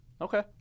Okay